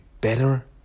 better